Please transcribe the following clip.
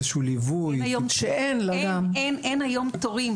איזשהו ליווי --- אין היום תורים,